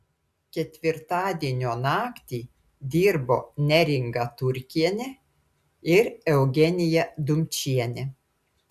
ketvirtadienio naktį dirbo neringa turkienė ir eugenija dumčienė